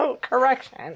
Correction